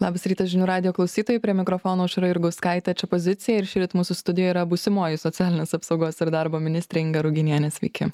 labas rytas žinių radijo klausytojai prie mikrofono aušra jurgauskaitė čia pozicija ir šįryt mūsų studijoje yra būsimoji socialinės apsaugos ir darbo ministrė inga ruginienė sveiki